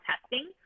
testing